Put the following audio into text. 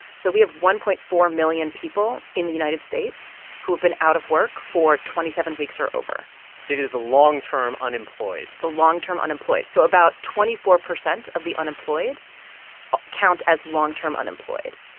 so we have one point four million people in the united states who have been out of work for twenty seven weeks or over the the long-term unemployed the long-term unemployed. so about twenty four percent of the unemployed count as long-term unemployed.